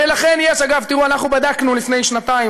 ולכן יש, אגב, תראו, אנחנו בדקנו, לפני שנתיים.